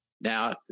Now